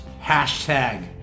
Hashtag